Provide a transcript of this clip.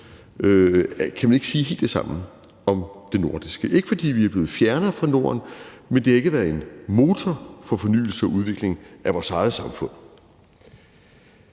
kan man ikke sige helt det samme om det nordiske samarbejde – ikke fordi vi er blevet fjernere fra Norden, men det har ikke været en motor for fornyelse og udvikling af vores eget samfund.